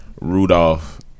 Rudolph